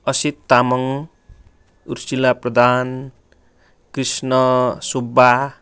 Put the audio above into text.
Asit Tamang Urshila Pradhan Krishna Subba